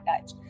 touch